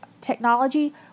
technology